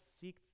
seek